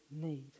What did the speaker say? need